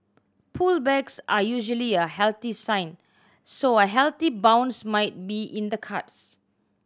pullbacks are usually a healthy sign so a healthy bounce might be in the cards